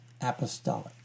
apostolic